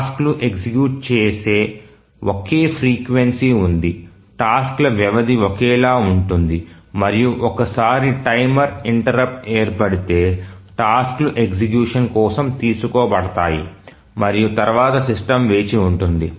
task లు execute చేసే ఒకే ఫ్రీక్వెన్సీ ఉంది టాస్క్ ల వ్యవధి ఒకేలా ఉంటుంది మరియు ఒకసారి టైమర్ ఇంటెర్రుప్ట్ ఏర్పడితే టాస్క్ లు ఎగ్జిక్యూషన్ కోసం తీసుకోబడతాయి మరియు తరువాత సిస్టమ్ వేచి ఉంటుంది